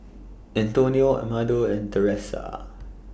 Antonio Amado and Teressa